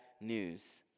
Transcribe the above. news